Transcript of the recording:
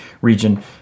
region